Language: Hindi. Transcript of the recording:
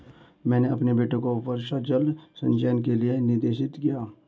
मैंने अपने बेटे को वर्षा जल संचयन के लिए निर्देशित किया